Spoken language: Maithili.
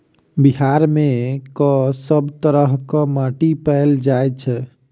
बिहार मे कऽ सब तरहक माटि पैल जाय छै?